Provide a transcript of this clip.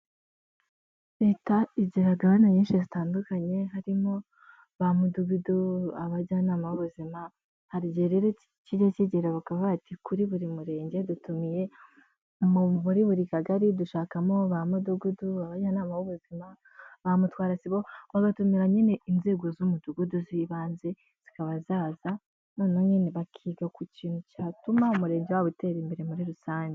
Leta izi gahunda nyinshi zitandukanye harimo ba mudugudu, abajyanama b'ubuzima, hari igihe rero kijya kigera bakavug bati ''kuri buri murenge dutumiye muri buri kagari dushakamo ba mudugudu, abajyanama b'ubuzima, bamu mutwarasibo'' bagatumira nyine inzego z'umudugudu z'ibanze zikaba zaza noneho nyine bakiga ku kintu cyatuma umurenge wabo utera imbere muri rusange.